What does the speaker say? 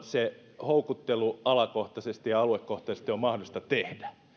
se houkuttelu alakohtaisesti ja aluekohtaisesti on mahdollista tehdä